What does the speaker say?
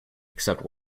except